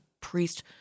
priest